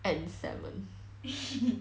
and salmon